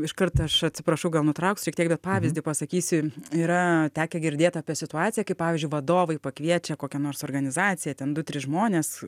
iškart aš atsiprašau gal nutrauksiu šiek tiek bet pavyzdį pasakysiu yra tekę girdėt apie situaciją kai pavyzdžiui vadovai pakviečia kokią nors organizaciją ten du tris žmones